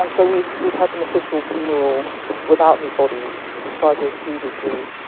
um but we'd we'd had an official funeral without his body five years previously